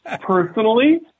Personally